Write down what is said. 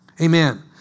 Amen